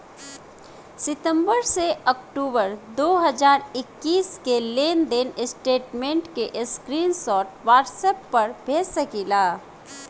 सितंबर से अक्टूबर दो हज़ार इक्कीस के लेनदेन स्टेटमेंट के स्क्रीनशाट व्हाट्सएप पर भेज सकीला?